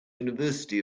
university